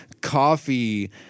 coffee